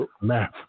math